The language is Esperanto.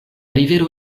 rivero